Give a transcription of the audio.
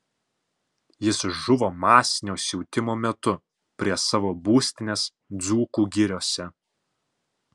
jis žuvo masinio siautimo metu prie savo būstinės dzūkų giriose